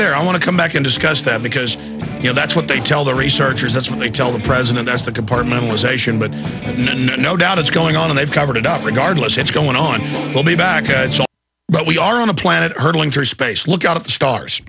there i want to come back and discuss that because you know that's what they tell the researchers that's what they tell the president that's the compartmentalization but no no doubt it's going on and they've covered it up regardless it's going on we'll be back but we are on a planet hurtling through space look out at the stars